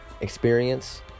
experience